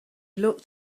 looked